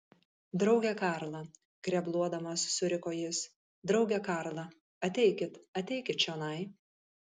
drauge karla grebluodamas suriko jis drauge karla ateikit ateikit čionai